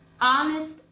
honest